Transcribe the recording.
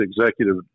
executive